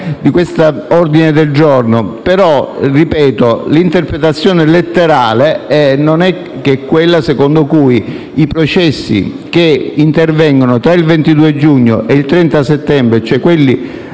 di questo ordine del giorno; però - ripeto - l'interpretazione letterale è quella secondo cui i processi che intervengono tra il 22 giugno e il 30 settembre, cioè quelli